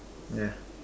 ya